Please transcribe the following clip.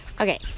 okay